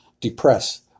depress